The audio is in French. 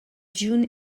june